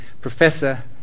Professor